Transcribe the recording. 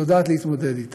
היא יודעת להתמודד אתם.